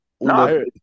no